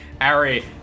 Ari